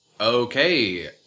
Okay